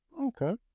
Okay